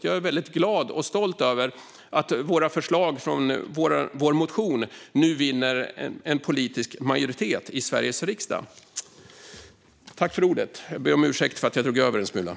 Jag är väldigt glad och stolt över att förslagen i vår motion nu vinner en politisk majoritet i Sveriges riksdag.